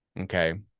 Okay